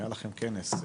היה לכם כנס,